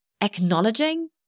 acknowledging